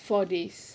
four days